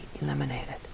eliminated